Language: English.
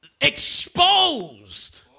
exposed